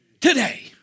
today